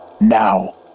Now